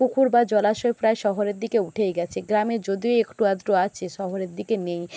পুকুর বা জলাশয় প্রায় শহরের দিকে উঠেই গেছে গ্রামে যদিও একটু আধটু আছে শহরের দিকে নেই